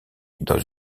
dans